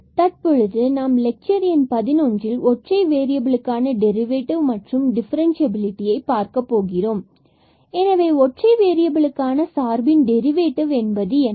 மற்றும் தற்பொழுது நாம் லெட்சர் எண் 11 இல் ஒற்றை வேறியபிலுக்கான டெரிவேட்டிவ் மற்றும் டிஃபரன்சியபிலிடியை பார்க்கப்போகிறோம் எனவே ஒற்றை வேறியபிலுக்கான சார்பின் டெரிவேட்டிவ் என்பது என்ன